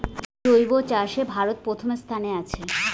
জৈব চাষত ভারত প্রথম স্থানত আছি